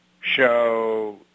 show